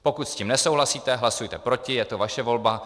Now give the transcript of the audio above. Pokud s tím nesouhlasíte, hlasujte proti, je to vaše volba.